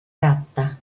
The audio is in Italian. gatta